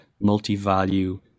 multi-value